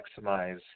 maximize